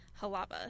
Halaba